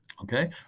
Okay